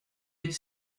est